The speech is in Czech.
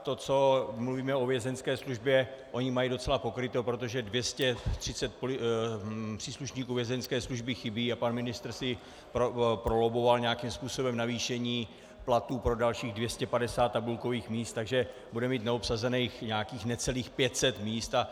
To, co mluvíme o Vězeňské službě, oni mají docela pokryto, protože 230 příslušníků Vězeňské služby chybí a pan ministr si prolobboval nějakým způsobem navýšení platů pro dalších 250 tabulkových míst, takže bude mít neobsazených nějakých necelých 500 míst.